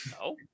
No